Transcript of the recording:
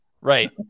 Right